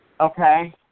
okay